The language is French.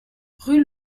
rue